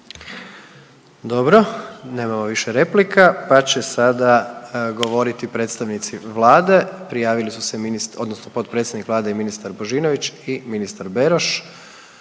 Dobro. Nemamo više replika, pa će sada govoriti predstavnici Vlade, prijavili su se, odnosno potpredsjednik Vlade i ministar Božinović i ministar Beroš.